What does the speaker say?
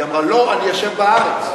היא אמרה: לא, אני אשב בארץ.